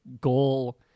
goal